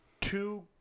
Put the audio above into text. Two